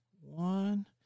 one